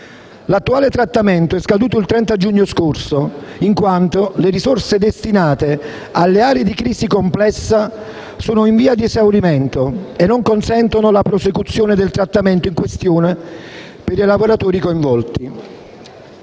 L'attuale trattamento è scaduto il 30 giugno scorso, in quanto le risorse destinate alle aree di crisi complessa sono in via di esaurimento e non consentono la prosecuzione del trattamento in questione per i lavoratori coinvolti.